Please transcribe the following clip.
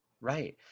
right